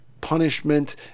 punishment